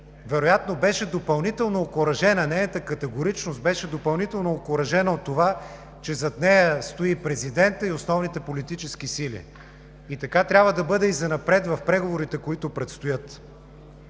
практика тази позиция, нейната категоричност беше допълнително окуражена от това, че зад нея стои президентът и основните политически сили. Така трябва да бъде и занапред в преговорите, които предстоят,